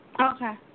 Okay